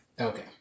Okay